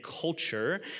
culture